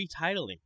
retitling